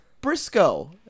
Briscoe